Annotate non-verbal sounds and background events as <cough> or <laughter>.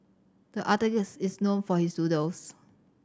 the <unintelligible> is known for his doodles